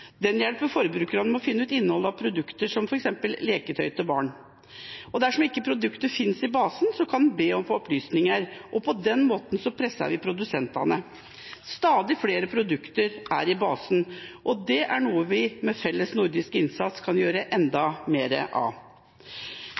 Den hjelper forbrukerne med å finne ut av innholdet i produkter, som f.eks. leketøy til barn. Dersom ikke produktet finnes i basen, kan en be om å få opplysninger og på den måten presse produsentene. Stadig flere produkter er i basen, og det er noe vi med felles nordisk innsats kan gjøre enda mer av.